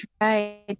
right